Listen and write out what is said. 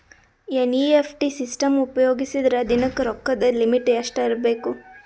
NEFT system ಉಪಯೋಗಿಸಿದರ ದಿನದ ರೊಕ್ಕದ ಲಿಮಿಟ್ ಎಷ್ಟ ಇರಬೇಕು?